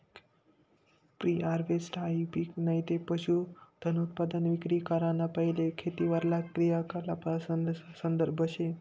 pre हारवेस्टहाई पिक नैते पशुधनउत्पादन विक्री कराना पैले खेतीवरला क्रियाकलापासना संदर्भ शे